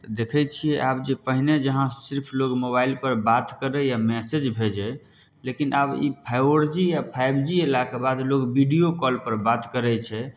तऽ देखै छियै आब जे पहिने जहाँ सिर्फ लोग मोबाइल पर बात करै या मैसेज भेजै लेकिन आब ई फोर जी आ फाइव जी अयलाक बाद लोग बीडियो कॉल पर बात करै छै